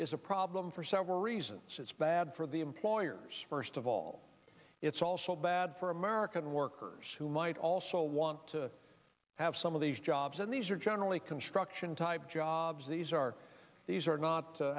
is a problem for several reasons it's bad for the employers first of all it's also bad for american workers who might also want to have some of these jobs and these are generally construction type jobs these are these are not